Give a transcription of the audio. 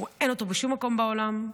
אין אותו בשום מקום בעולם,